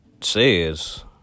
says